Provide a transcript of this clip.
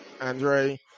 Andre